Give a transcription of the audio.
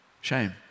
Shame